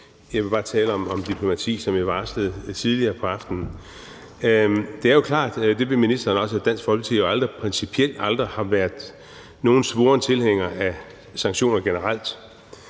Jeg vil bare tale om diplomati, som jeg varslede tidligere på aftenen. Det er jo klart, og det ved ministeren også, at Dansk Folkeparti principielt aldrig har været nogen svoren tilhænger af sanktioner generelt,